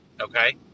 Okay